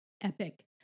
Epic